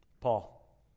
Paul